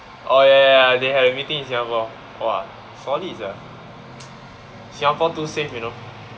oh ya ya ya ya they have meeting in singapore !wah! solid sia singapore too safe you know